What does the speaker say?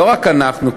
לא רק אנחנו,